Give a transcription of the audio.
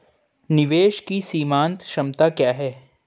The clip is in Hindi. निवेश की सीमांत क्षमता क्या है?